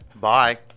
bye